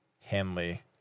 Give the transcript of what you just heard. Hanley